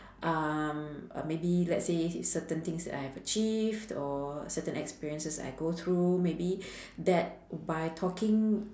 um uh maybe let's say certain things that I have achieved or certain experiences I go through maybe that by talking